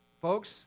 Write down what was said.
Folks